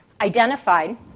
identified